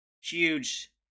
huge